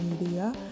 media